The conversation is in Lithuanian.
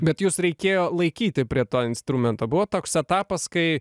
bet jus reikėjo laikyti prie to instrumento buvo toks etapas kai